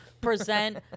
present